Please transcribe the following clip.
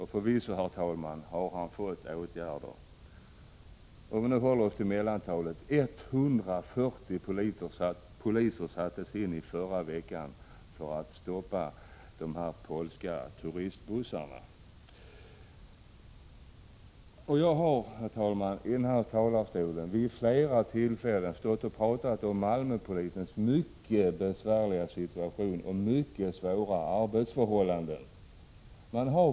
Förvisso, herr talman, har han fått åtgärder. 140 poliser sattes in i förra veckan för att stoppa de polska turistbussarna! Jag har, herr talman, vid flera tillfällen stått i denna talarstol och talat om Malmöpolisens mycket besvärliga situation och mycket svåra arbetsförhållanden.